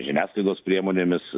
žiniasklaidos priemonėmis